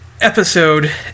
episode